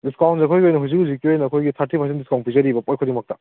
ꯗꯤꯁꯀꯥꯎꯟꯁꯦ ꯑꯩꯈꯣꯏꯒꯤ ꯑꯣꯏꯅ ꯍꯧꯖꯤꯛ ꯍꯧꯖꯤꯛꯀꯤ ꯑꯣꯏꯅ ꯑꯩꯈꯣꯏꯒꯤ ꯊꯥꯔꯇꯤ ꯄꯔꯁꯦꯟ ꯗꯤꯁꯀꯥꯎꯟ ꯄꯤꯖꯔꯤꯕ ꯄꯣꯠ ꯈꯨꯗꯤꯡꯃꯛꯇ